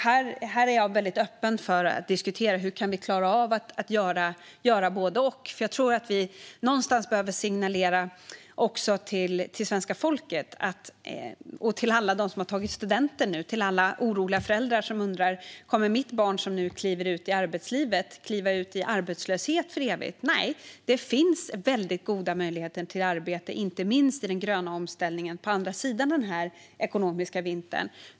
Här är jag öppen för att diskutera hur vi kan klara av att göra både och. Jag tror att vi någonstans behöver signalera till svenska folket, till alla dem som tagit studenten nu och till alla oroliga föräldrar som undrar om deras barn som nu kliver ut i arbetslivet kommer att kliva ut i arbetslöshet för evigt: Nej, det finns väldigt goda möjligheter till arbete, inte minst i den gröna omställningen på andra sidan den här ekonomiska vintern.